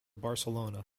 barcelona